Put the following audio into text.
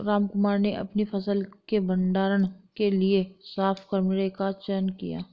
रामकुमार ने अपनी फसल के भंडारण के लिए साफ कमरे का चयन किया